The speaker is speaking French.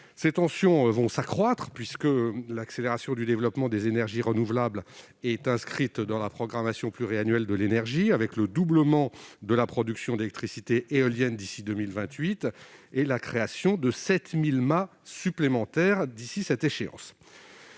Les tensions vont s'accroître, puisque l'accélération du développement des énergies renouvelables est inscrite dans la programmation pluriannuelle de l'énergie, avec, d'ici à 2028, le doublement de la production d'électricité éolienne et la création de 7 000 mâts supplémentaires. Cette